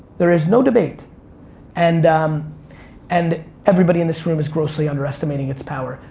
there is no debate and um and everybody in this room is grossly underestimating its power.